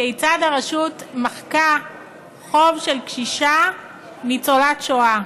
כיצד הרשות מחקה חוב של קשישה ניצולת שואה.